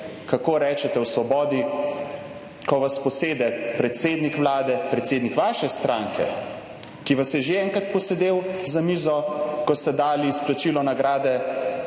kako rečete o Svobodi, ko vas posede predsednik Vlade, predsednik vaše stranke, ki vas je že enkrat posedel za mizo, ko ste dali izplačilo nagrade